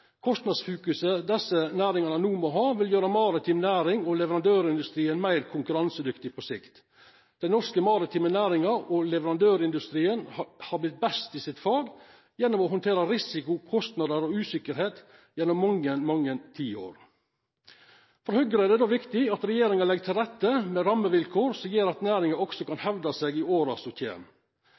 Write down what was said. Kostnadfokuset desse næringane no må ha, vil gjera maritim næring og leverandørindustrien meir konkurransedyktig på sikt. Den norske maritime næringa og leverandørindustrien har vorte best i sitt fag gjennom å handtera risiko, kostnadar og usikkerheit gjennom mange tiår. For Høgre er det då viktig at regjeringa legg til rette med rammevilkår som gjer at næringane også kan hevda seg i åra som kjem.